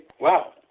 wow